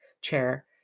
chair